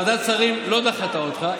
ועדת שרים לא דחתה אותך.